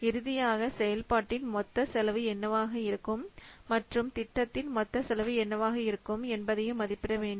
இறுதியாக செயல்பாட்டின் மொத்த செலவு என்னவாக இருக்கும் மற்றும் திட்டத்தின் மொத்த செலவு என்னவாக இருக்கும் என்பதையும் மதிப்பிட வேண்டும்